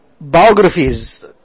biographies